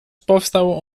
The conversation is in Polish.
powstał